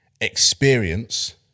experience